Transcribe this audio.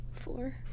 Four